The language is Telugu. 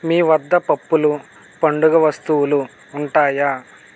మీ వద్ద పప్పులు పండుగ వస్తువులు ఉంటాయా